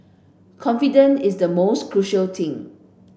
confidence is the most crucial thing